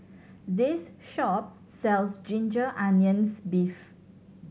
this shop sells ginger onions beef